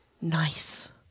Nice